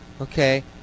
okay